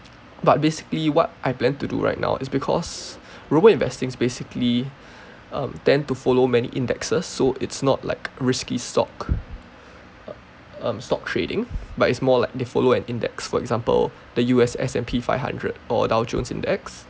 but basically what I plan to do right now is because robo investings basically um tend to follow many indexes so it's not like risky stock um stock trading but it's more like they follow an index for example the U_S S_&_P five hundred or Dow Jones Index